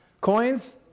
coins